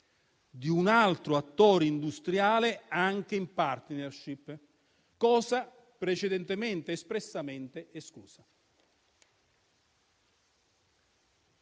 di un altro attore industriale, anche in *partnership* (cosa in precedenza espressamente esclusa).